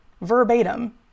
verbatim